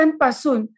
pasun